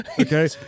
Okay